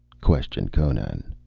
questioned conan.